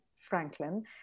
franklin